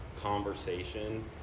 conversation